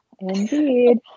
Indeed